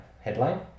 headline